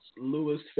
Louis